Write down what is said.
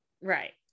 Right